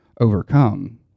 overcome